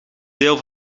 deel